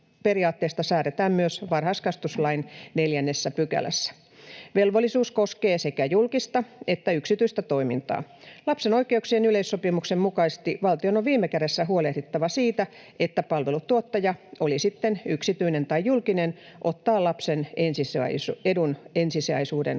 periaatteesta säädetään myös varhaiskasvatuslain 4 §:ssä. Velvollisuus koskee sekä julkista että yksityistä toimintaa. Lapsen oikeuksien yleissopimuksen mukaisesti valtion on viime kädessä huolehdittava siitä, että palveluntuottaja — oli sitten yksityinen tai julkinen — ottaa lapsen edun ensisijaisuuden huomioon.